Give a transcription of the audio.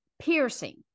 piercing